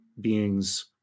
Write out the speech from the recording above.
beings